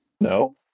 No